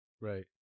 Right